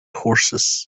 horses